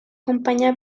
companyia